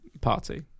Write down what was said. party